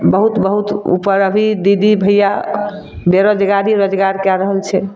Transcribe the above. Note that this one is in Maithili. बहुत बहुत ऊपर अभी दीदी भैया बेरोजगारी रोजगार कै रहल छै